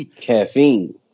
Caffeine